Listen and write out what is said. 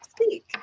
speak